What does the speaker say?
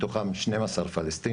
מתוכם 12 פלסטינים.